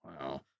Wow